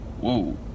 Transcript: whoa